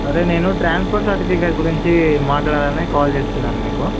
sir నేను transfer certificate గురించి మాట్లాడాలనే కాల్ చేస్తున్నాను మీకు